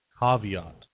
Caveat